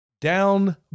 down